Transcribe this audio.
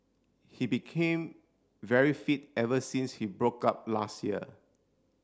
he became very fit ever since he broke up last year